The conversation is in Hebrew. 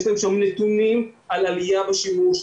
יש להם שם נתונים על עליה בשימוש,